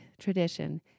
tradition